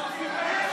נצביע על